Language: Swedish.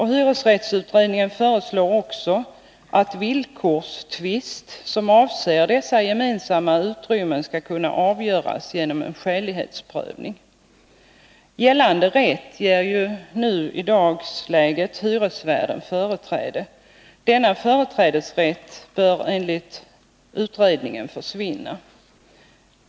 Hyresrättsutredningen föreslår också att villkorstvist som avser dessa gemensamma utrymmen skall kunna avgöras genom en skälighetsprövning. Gällande rätt ger i dagsläget hyresvärden företräde. Denna företrädesrätt bör enligt utredningen försvinna.